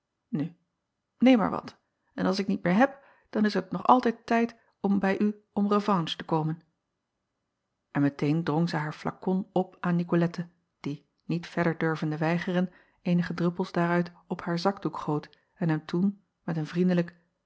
u neem maar wat en als ik niet meer heb dan is het nog altijd tijd bij u om revanche te komen n meteen drong zij haar flakon op aan icolette die niet verder durvende weigeren eenige druppels daaruit op haar zakdoek goot en hem toen met een vriendelijk